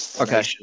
Okay